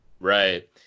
Right